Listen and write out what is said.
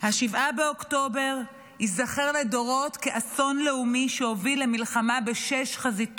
7 באוקטובר ייזכר לדורות כאסון לאומי שהוביל למלחמה בשש חזיתות.